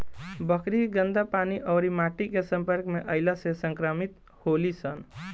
बकरी गन्दा पानी अउरी माटी के सम्पर्क में अईला से संक्रमित होली सन